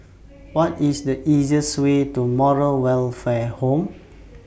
What IS The easiest Way to Moral Welfare Home